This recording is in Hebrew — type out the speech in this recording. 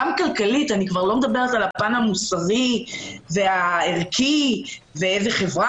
גם כלכלית אני כבר לא מדברת על הפן המוסרי והערכי ואיזו חברה